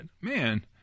man